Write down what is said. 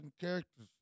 characters